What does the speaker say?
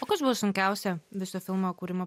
o kas buvo sunkiausia viso filmo kūrimo